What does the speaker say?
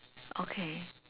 okay